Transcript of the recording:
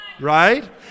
Right